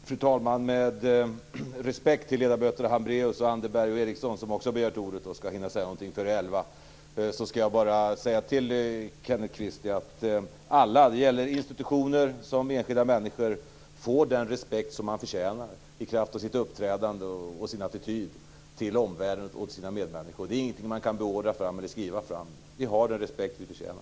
Fru talman! Med respekt till ledamöterna Hambraeus, Anderberg, och Eriksson som också begärt ordet och vill säga något före kl. 11, skall jag säga följande till Kenneth Kvist. Alla - institutioner likväl som enskilda människor - får den respekt som de förtjänar i kraft av uppträdande och attityd till omvärlden och medmänniskor. Det är ingenting som kan beordras eller skrivas fram. Vi får den respekt vi förtjänar.